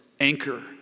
anchor